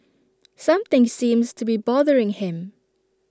something seems to be bothering him